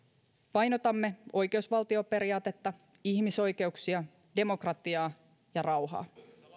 painotamme oikeusvaltioperiaatetta ihmisoikeuksia demokratiaa ja rauhaa